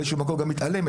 באיזשהו מקום גם מתעלמת,